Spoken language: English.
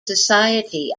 society